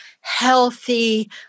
healthy